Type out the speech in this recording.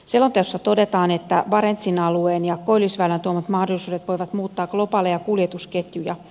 selonteossa todetaan että barentsin alueen ja koillisväylän tuomat mahdollisuudet voivat muuttaa globaaleja kuljetusketjuja